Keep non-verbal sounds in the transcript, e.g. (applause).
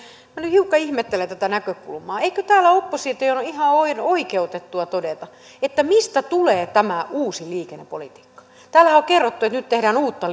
minä nyt hiukan ihmettelen tätä näkökulmaa eikö täällä opposition ole ihan ole ihan oikeutettua todeta että mistä tulee tämä uusi liikennepolitiikka täällähän on kerrottu että nyt tehdään uutta (unintelligible)